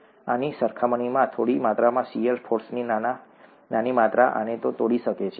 આની સરખામણીમાં થોડી માત્રામાં શીયર ફોર્સની નાની માત્રા આને તોડી શકે છે ઠીક છે